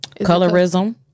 Colorism